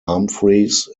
humphreys